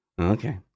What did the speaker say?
Okay